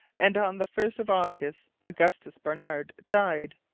and on the first of august, augustus barnard died.